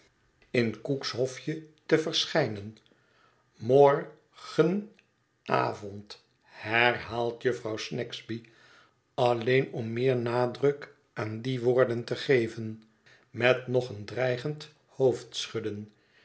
in cook's hofje te verschijnen mor gena vond herhaalt jufvrouw snagsby alleen om meer nadruk aan die woorden te geven met nog een dreigend